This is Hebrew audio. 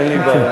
אין לי בעיה.